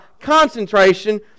concentration